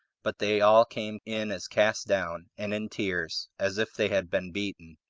but they all came in as cast down, and in tears, as if they had been beaten.